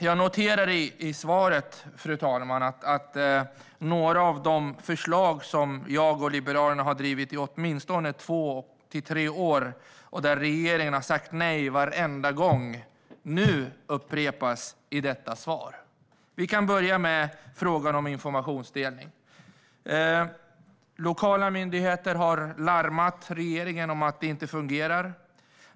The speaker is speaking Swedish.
Jag noterade i svaret, fru talman, att några av de förslag som jag och Liberalerna har drivit i åtminstone två tre år - som regeringen varenda gång har sagt nej till - nu upprepas i detta svar. Vi kan börja med frågan om informationsdelning. Lokala myndigheter har slagit larm till regeringen om att detta inte fungerar.